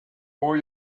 over